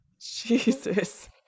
Jesus